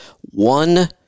one